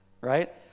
right